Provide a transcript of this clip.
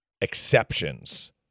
exceptions